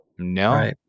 No